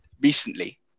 recently